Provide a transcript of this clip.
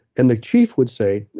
and the chief would say,